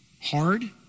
hard